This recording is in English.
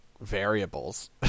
variables